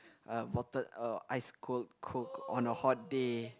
uh bottled or ice cold Coke on a hot day